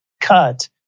cut